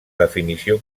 definició